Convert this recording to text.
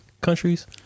countries